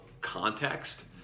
context